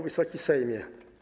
Wysoki Sejmie!